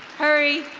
hurry.